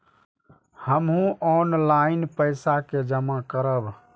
हमू ऑनलाईनपेसा के जमा करब?